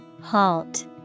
Halt